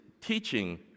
teaching